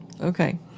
okay